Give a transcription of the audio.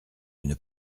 une